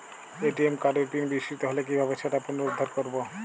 ATM কার্ডের pin বিস্মৃত হলে কীভাবে সেটা পুনরূদ্ধার করব?